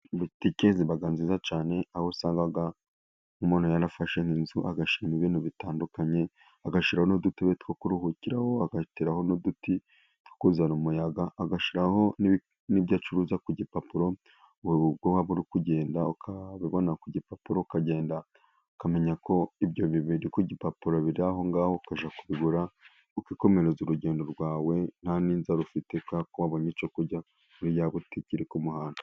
Butike ziba nziza cyane, aho usanga umuntu yarafashe inzu agashyiramo ibintu bitandukanye, agashyiraho n'udutobe two kuruhukiraho, agateraho n'uduti two kuzana umuyaga, agashyiraho n'ibyo acuruza ku gipapuro, ubwo waba uri kugenda ukabibona ku gipapuro ukagenda ukamenya ko ibyo bintu biri ku gipapuro biri aho ngaho, ukajya kubigura ukikomereza urugendo rwawe, nta n'inzara ufite, kuko wabonye icyo kurya kuri ya butike iri ku muhanda.